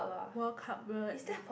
World Cup